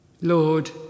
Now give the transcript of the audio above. Lord